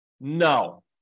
No